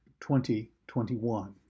2021